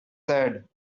sad